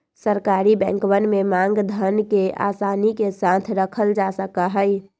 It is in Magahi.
सरकारी बैंकवन में मांग धन के आसानी के साथ रखल जा सका हई